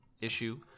issue